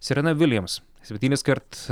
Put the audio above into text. serena vilijams septyniskart